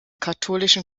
katholischen